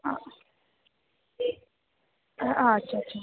हा अच्छा अच्छा